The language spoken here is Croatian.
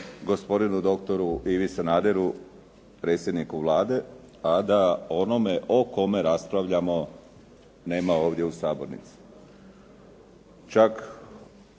gospodinu doktoru Ivi Sanaderu, predsjedniku Vlade, a da onoga o kome raspravljamo nema ovdje u sabornici. Čak